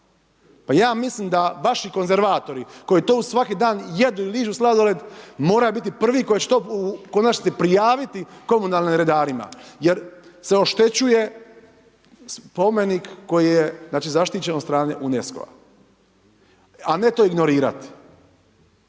Pa ja mislim da vaši konzervatori koji tu svaki dan jedu i ližu sladoled moraju biti prvi koji će to u konačnici prijaviti komunalnim redarima jer se oštećuje spomenik koji je zaštićen od strane UNESCO-a, a ne to ignorirati.